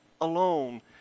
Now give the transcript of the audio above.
alone